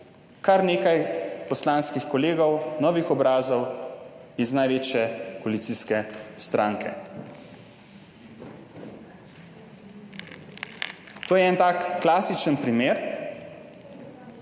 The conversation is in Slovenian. kar nekaj poslanskih kolegov, novih obrazov iz največje koalicijske stranke. To je en tak klasičen primer,